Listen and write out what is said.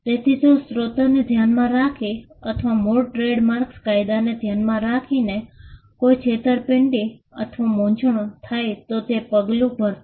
તેથી જો સ્રોતને ધ્યાનમાં રાખીને અથવા મૂળ ટ્રેડમાર્ક કાયદાને ધ્યાનમાં રાખીને કોઈ છેતરપિંડી અથવા મૂંઝવણ થાય તો તે પગલું ભરશે